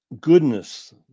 goodness